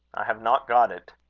i have not got it.